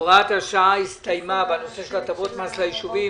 הוראת השעה בנושא של הטבות המס ליישובים